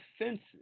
offenses